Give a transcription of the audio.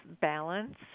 balance